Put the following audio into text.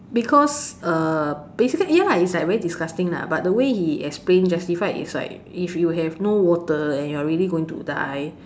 because err basically ya lah it's like very disgusting lah but the way he explain justified is like if you have no water and you're really going to die